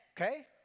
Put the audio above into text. Okay